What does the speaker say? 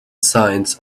signs